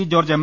George M